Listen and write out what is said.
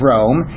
Rome